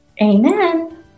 Amen